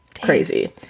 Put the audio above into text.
Crazy